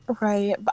Right